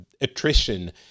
attrition